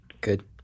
Good